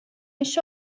mis